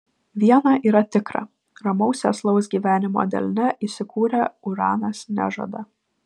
viena yra tikra ramaus sėslaus gyvenimo delne įsikūrę uranas nežada